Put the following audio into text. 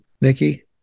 Nikki